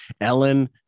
Ellen